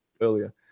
earlier